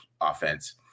offense